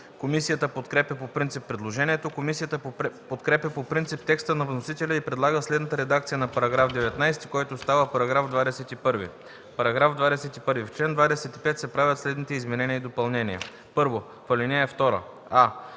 Комисията подкрепя по принцип предложението. Комисията подкрепя по принцип текста на вносителя и предлага следната редакция на § 19, който става § 21: „§ 21. В чл. 25 се правят следните изменения и допълнения: 1. В ал. 2: а)